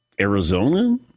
Arizona